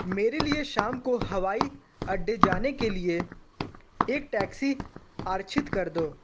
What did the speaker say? मेरे लिए शाम को हवाई अड्डे जाने के लिए एक टैक्सी आरक्षित कर दो